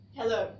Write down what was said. hello